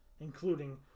including